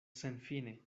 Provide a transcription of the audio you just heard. senfine